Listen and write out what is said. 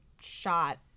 shot